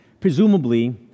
Presumably